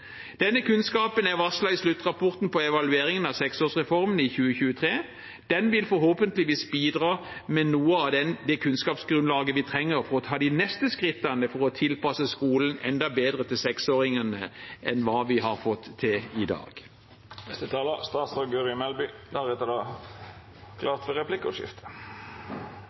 Denne kunnskapen er varslet i sluttrapporten fra evalueringen av seksårsreformen i 2023. Den vil forhåpentligvis bidra med noe av det kunnskapsgrunnlaget vi trenger for å ta de neste skrittene for å tilpasse skolen enda bedre til seksåringene enn hva vi har fått til fram til i